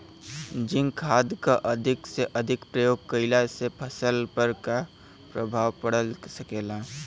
Zinc खाद क अधिक से अधिक प्रयोग कइला से फसल पर का प्रभाव पड़ सकेला?